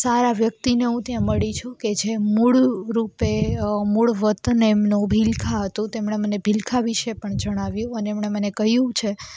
સારા વ્યક્તિને હું ત્યાં મળી છું કે જે મૂળરૂપે મૂળ વતને એમનું ભીલખા હતું તેમણે મને ભીલખા વિષે પણ જણાવ્યું અને એમણે મને કહ્યું છે